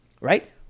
right